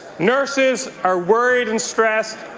nurses are worried and stressed.